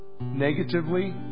negatively